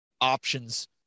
options